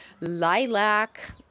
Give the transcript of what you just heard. lilac